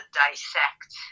dissect